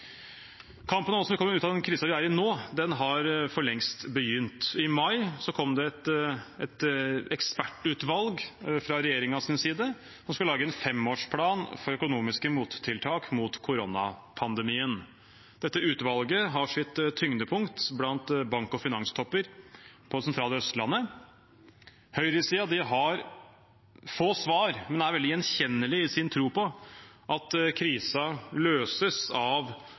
Kampen om hvordan vi skal komme ut av den krisen vi er i nå, har for lengst begynt. I mai kom det et ekspertutvalg fra regjeringens side som skulle lage en femårsplan for økonomiske mottiltak mot koronapandemien. Dette utvalget har sitt tyngdepunkt blant bank- og finanstopper på det sentrale Østlandet. Høyresiden har få svar, men er veldig gjenkjennelig i sin tro på at krisen løses av